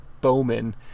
bowman